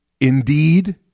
indeed